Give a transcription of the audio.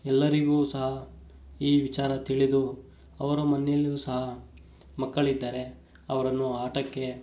ಎಲ್ಲರಿಗು ಸಹ ಈ ವಿಚಾರ ತಿಳಿದು ಅವರ ಮನೆಯಲ್ಲು ಸಹ ಮಕ್ಕಳಿದ್ದರೆ ಅವರನ್ನು ಆಟಕ್ಕೆ